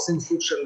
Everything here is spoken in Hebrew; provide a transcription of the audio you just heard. עושים סוג של,